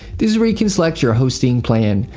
this is where you can select your hosting plan.